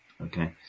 Okay